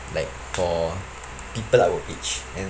like for people our age and